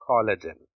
Collagen